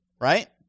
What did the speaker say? right